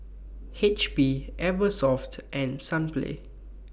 H P Eversoft and Sunplay